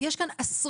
יש כאן עשרות